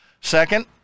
Second